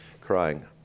crying